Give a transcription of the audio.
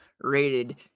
rated